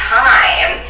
time